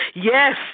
Yes